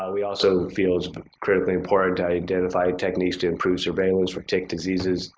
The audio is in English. ah we also feel it's but critically important to identify techniques to improve surveillance for tick diseases,